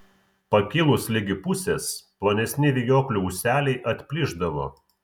pakilus ligi pusės plonesni vijoklių ūseliai atplyšdavo